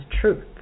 truth